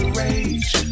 rage